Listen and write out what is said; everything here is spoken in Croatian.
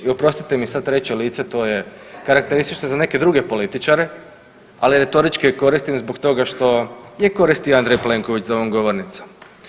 I oprostite mi sad 3. lice, to je karakteristično za neke druge političare, ali retorički je koristim zbog toga što je koristi Andrej Plenković za ovom govornicom.